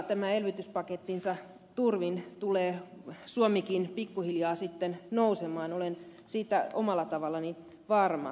tämän elvytyspakettinsa turvin tulee suomikin pikkuhiljaa nousemaan olen siitä omalla tavallani varma